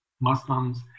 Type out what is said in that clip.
Muslims